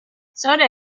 soda